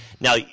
Now